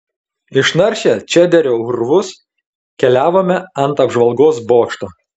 išnaršę čederio urvus keliavome ant apžvalgos bokšto